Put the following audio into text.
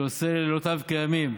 שעושה לילותיו כימים